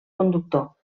conductor